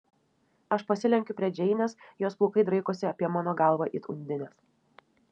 aš pasilenkiu prie džeinės jos plaukai draikosi apie mano galvą it undinės